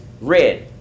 red